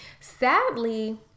sadly